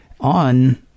on